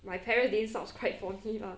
my parents didn't subscribe for me lah